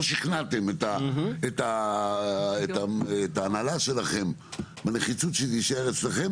לא שכנעתם את ההנהלה שלכם בנחיצות שה יישאר אצלכם,